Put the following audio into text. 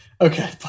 Okay